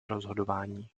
rozhodování